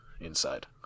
inside